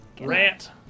rant